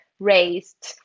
raised